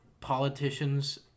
politicians